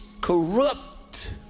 corrupt